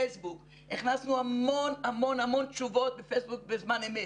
הכנסנו המון תשובות בפייסבוק בזמן אמת.